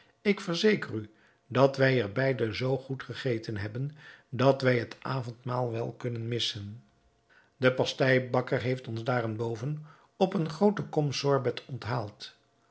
ik verzeker u dat wij er beide zoo goed gegeten hebben dat wij het avondmaal wel kunnen missen de pasteibakker heeft ons daarenboven op eene groote